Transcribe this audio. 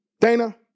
dana